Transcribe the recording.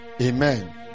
Amen